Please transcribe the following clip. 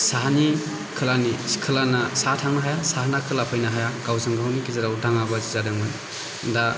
साहानि खोलानि खोलाना साहा थांनो हाया साहाना खोला फैनो हाया गावजों गावनि गेजेराव दांङा बाजि जादों मोन दा